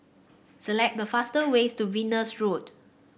select the fast ways to Venus Road